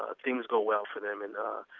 ah things go well for them and ah.